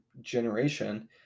generation